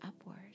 upward